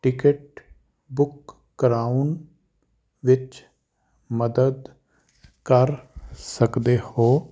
ticket book ਕਰਵਾਉਣ ਵਿੱਚ ਮਦਦ ਕਰ ਸਕਦੇ ਹੋ